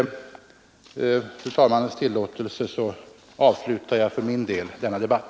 Med fru talmannens tillåtelse avslutar jag dock nu för min del denna debatt.